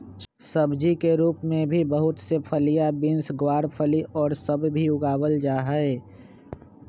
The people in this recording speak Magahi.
सब्जी के रूप में भी बहुत से फलियां, बींस, गवारफली और सब भी उगावल जाहई